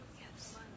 Yes